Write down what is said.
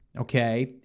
okay